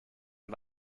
ein